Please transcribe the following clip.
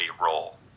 role